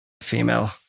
Female